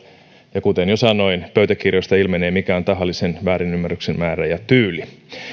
ja kuten jo sanoin pöytäkirjoista ilmenee mikä on tahallisen väärinymmärryksen määrä ja tyyli